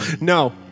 No